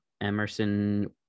Emerson